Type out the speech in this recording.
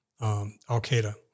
Al-Qaeda